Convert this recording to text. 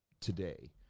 today